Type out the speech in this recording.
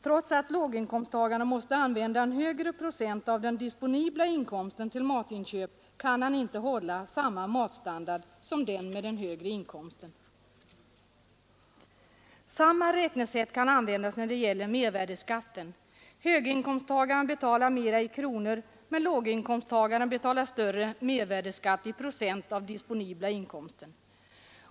Trots att låginkomsttagaren måste använda en större procent av den disponibla inkomsten till matinköp, kan han inte hålla samma matstandard som den med den högre inkomsten. Samma räknesätt kan användas när det gäller mervärdeskatten. Höginkomsttagaren betalar mera i kronor, men låginkomsttagaren betalar större mervärdeskatt i procent av den disponibla inkomsten.